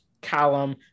Callum